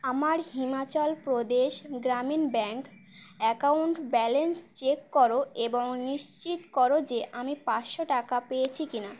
আমার Himachal Pradesh Gramin bank account balance check করো এবং নিশ্চিত করো যে আমি পাঁচশো টাকা পেয়েছি কি না